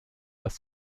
das